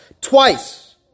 twice